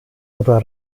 oder